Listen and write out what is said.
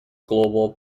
global